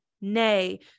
nay